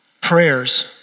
prayers